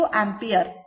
ಇದು ಆಂಪಿಯರ್